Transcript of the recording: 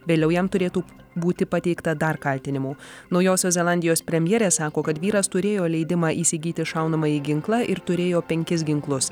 vėliau jam turėtų būti pateikta dar kaltinimų naujosios zelandijos premjerė sako kad vyras turėjo leidimą įsigyti šaunamąjį ginklą ir turėjo penkis ginklus